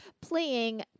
playing